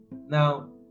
Now